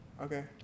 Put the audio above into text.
Okay